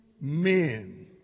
men